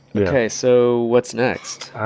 ok, so what's next?